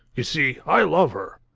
you see, i love her.